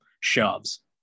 shoves